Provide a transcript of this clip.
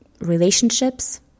relationships